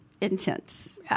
intense